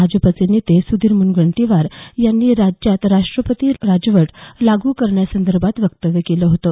भाजपचे नेते सुधीर मुनगंटीवार यांनी राज्यात राष्ट्रपती राजवट लागू करण्यासंदर्भात वक्तव्य केलं होतं